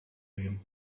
him